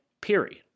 Period